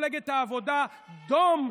מפלגת העבודה, דום.